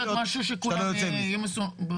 רשויות שאתה לא יוצא מזה.